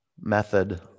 method